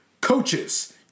coaches –